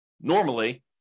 normally